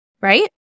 right